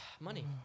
money